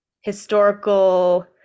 historical